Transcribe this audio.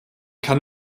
kann